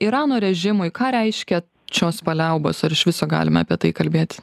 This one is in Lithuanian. irano režimui ką reiškia šios paliaubos ar iš viso galime apie tai kalbėti